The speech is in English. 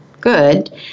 good